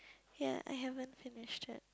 ya I haven't finished yet